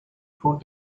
through